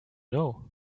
know